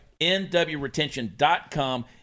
nwretention.com